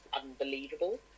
unbelievable